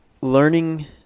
learning